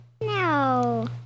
No